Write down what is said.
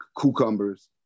cucumbers